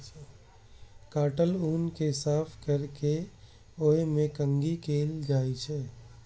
काटल ऊन कें साफ कैर के ओय मे कंघी कैल जाइ छै